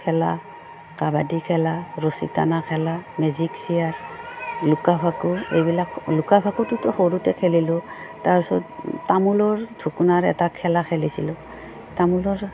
খেলা কাবাডী খেলা ৰছী টানা খেলা মিউজিক চিয়াৰ লুকা ভাকু এইবিলাক লুকা ভাকুটোতো সৰুতে খেলিলোঁ তাৰপিছত তামোলৰ ঢুকোনাৰ এটা খেলা খেলিছিলোঁ তামোলৰ